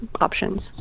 options